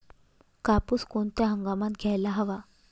कापूस कोणत्या हंगामात घ्यायला हवा?